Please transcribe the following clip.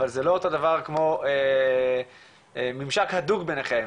אבל זה לא אותו דבר כמו ממשק הדוק ביניכם,